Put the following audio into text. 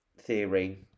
theory